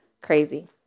Crazy